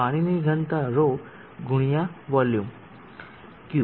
પાણીની ઘનતા 𝜌 ગુણ્યા વોલ્યુમ Q